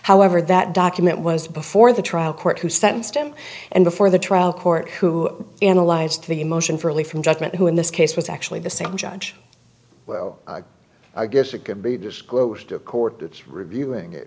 however that document was before the trial court who sentenced him and before the trial court who analyzed the motion for early from judgment who in this case was actually the same judge well i guess it could be disclosed to a court it's reviewing